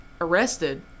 arrested